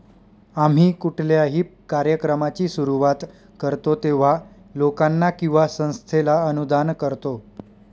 आम्ही कुठल्याही कार्यक्रमाची सुरुवात करतो तेव्हा, लोकांना किंवा संस्थेला अनुदान करतो